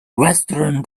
restaurant